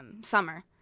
summer